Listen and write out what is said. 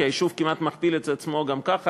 כי היישוב כמעט מכפיל את עצמו גם ככה.